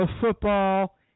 football